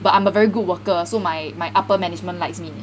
but I'm a very good worker so my my upper management likes me